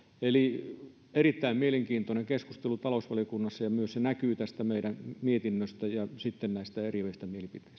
eli erittäin mielenkiintoinen keskustelu talousvaliokunnassa ja se näkyy myös tästä meidän mietinnöstämme ja näistä eriävistä